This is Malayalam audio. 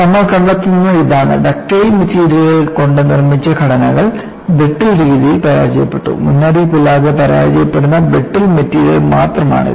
നമ്മൾ കണ്ടെത്തുന്നത് ഇതാണ് ഡക്റ്റൈൽ മെറ്റീരിയലുകൾ കൊണ്ട് നിർമ്മിച്ച ഘടനകൾ ബ്രിട്ടിൽ രീതിയിൽ പരാജയപ്പെട്ടു മുന്നറിയിപ്പില്ലാതെ പരാജയപ്പെടുന്ന ബ്രിട്ടിൽ മെറ്റീരിയൽ മാത്രമാണ് ഇത്